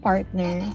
Partner